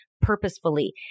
purposefully